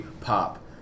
pop